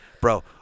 Bro